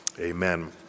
Amen